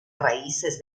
raíces